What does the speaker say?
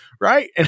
right